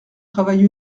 travail